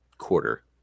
quarter